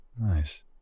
Nice